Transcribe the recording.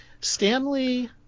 Stanley